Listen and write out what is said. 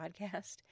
podcast